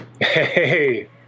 hey